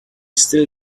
still